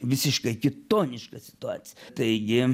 visiškai kitoniška situacija taigi